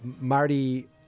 Marty